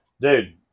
dude